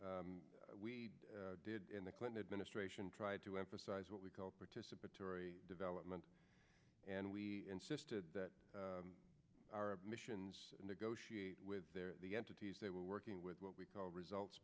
we did in the clinton administration tried to emphasize what we call participatory development and we insisted that our missions negotiate with the entities they were working with what we call results